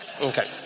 okay